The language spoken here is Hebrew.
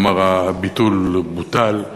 כלומר הביטול בוטל.